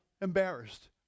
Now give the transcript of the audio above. embarrassed